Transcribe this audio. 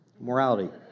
Morality